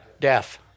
death